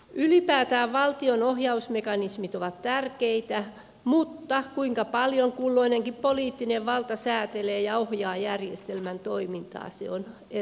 ylipäätään valtion ohjausmekanismit ovat tärkeitä mutta se kuinka paljon kulloinenkin poliittinen valta säätelee ja ohjaa järjestelmän toimintaa on eri asia